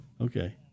Okay